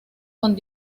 con